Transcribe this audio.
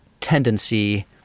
tendency